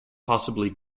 possibly